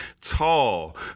tall